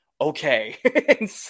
okay